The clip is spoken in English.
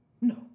No